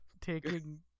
taking